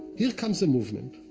here comes a movement,